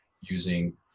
using